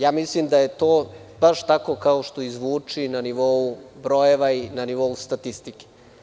Ja mislim da je to baš tako kao što i zvuči na nivou brojeva i na nivou statistike.